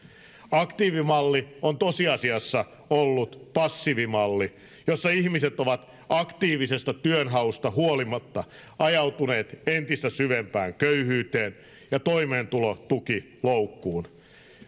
aktiivimalli on tosiasiassa ollut passiivimalli jossa ihmiset ovat aktiivisesta työnhausta huolimatta ajautuneet entistä syvempään köyhyyteen ja toimeentulotukiloukkuun